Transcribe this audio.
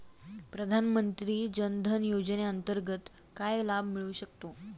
प्रधानमंत्री जनधन योजनेअंतर्गत काय लाभ मिळू शकतात?